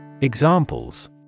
Examples